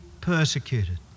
persecuted